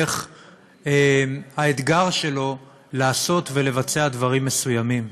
דרך האתגר שלו לעשות דברים מסוימים,